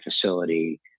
facility